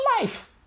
life